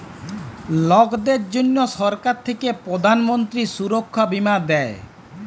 লকদের জনহ সরকার থাক্যে প্রধান মন্ত্রী সুরক্ষা বীমা দেয়